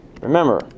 Remember